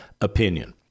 opinion